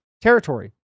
territory